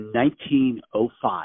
1905